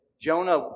Jonah